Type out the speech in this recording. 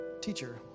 Teacher